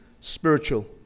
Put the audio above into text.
spiritual